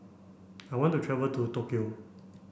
I want to travel to Tokyo